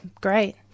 great